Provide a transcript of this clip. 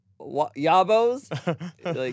Yabos